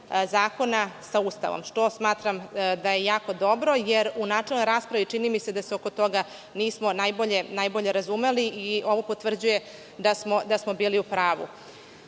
zakona sa Ustavom. To smatram da je jako dobro jel u načelnoj raspravi, čini mi se, da se oko toga nismo najbolje razumeli. Ovo potvrđuje da smo bili u